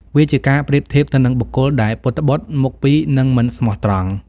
វាជាការប្រៀបធៀបទៅនឹងបុគ្គលដែល ពុតត្បុត មុខពីរ និង មិនស្មោះត្រង់។